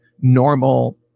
normal